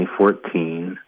2014